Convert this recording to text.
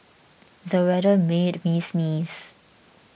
the weather made me sneeze